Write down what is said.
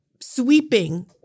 sweeping